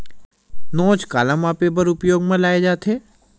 नोच काला मापे बर उपयोग म लाये जाथे?